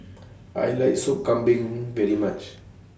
I like Sop Kambing very much